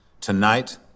Tonight